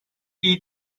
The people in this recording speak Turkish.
iyi